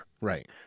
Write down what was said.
Right